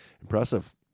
Impressive